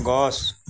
গছ